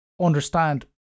understand